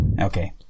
Okay